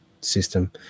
system